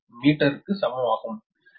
01 metre க்கு சமம் ஆகும்